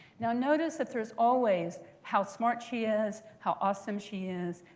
now notice that there is always how smart she is, how awesome she is,